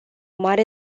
mare